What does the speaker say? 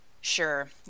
Sure